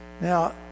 Now